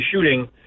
shooting